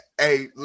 Hey